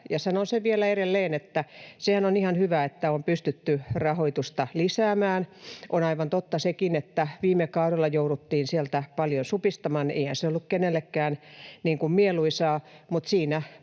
sen vielä edelleen — että on pystytty rahoitusta lisäämään. On aivan totta sekin, että viime kaudella jouduttiin sieltä paljon supistamaan. Eihän se ollut kenellekään mieluisaa, mutta siinä